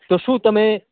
તો શું તમે